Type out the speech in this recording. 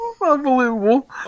Unbelievable